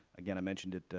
again, i mentioned it.